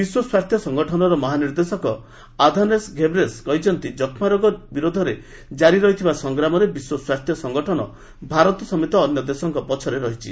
ବିଶ୍ୱ ସ୍ୱାସ୍ଥ୍ୟ ସଙ୍ଗଠନର ମହାନିର୍ଦ୍ଦେଶକ ଆଧାନୋସ୍ ଘେବ୍ରେସସ୍ କହିଛନ୍ତି ଯକ୍ଷ୍ମାରୋଗ ବିରୋଧରେ ଜାରି ଥିବା ସଂଗ୍ରାମରେ ବିଶ୍ୱ ସ୍ୱାସ୍ଥ୍ୟ ସଙ୍ଗଠନ ଭାରତ ସମେତ ଅନ୍ୟ ଦେଶଙ୍କ ପଛରେ ରହିଛି